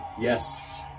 yes